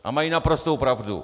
A mají naprostou pravdu.